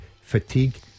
fatigue